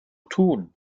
tun